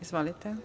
Izvolite.